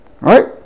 Right